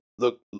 Look